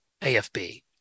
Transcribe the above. AFB